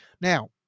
Now